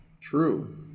True